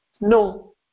No